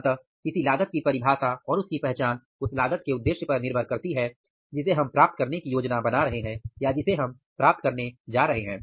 अतः किसी लागत की परिभाषा और उसकी पहचान उस लागत के उद्देश्य पर निर्भर करती है जिसे हम प्राप्त करने की योजना बना रहे हैं या जिसे प्राप्त करने जा रहे हैं